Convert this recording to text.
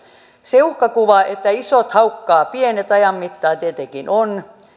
se uhkakuva tietenkin on että isot haukkaavat pienet ajan mittaan